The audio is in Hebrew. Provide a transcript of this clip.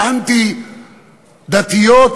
האנטי-דתיות,